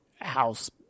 house